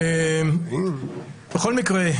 בכל מקרה,